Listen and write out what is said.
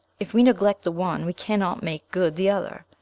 if we neglect the one we cannot make good the other.